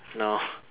no